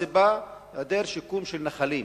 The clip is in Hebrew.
הסיבה היא היעדר שיקום של נחלים.